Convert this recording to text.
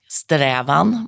strävan